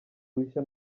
rushya